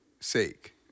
Sake